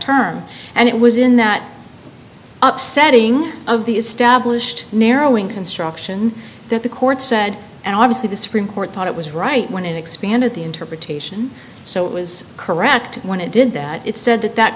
term and it was in that up setting of the established narrowing construction there the court said and obviously the supreme court thought it was right when it expanded the interpretation so it was correct when it did that it said that that